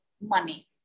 money